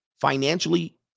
financially